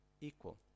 equal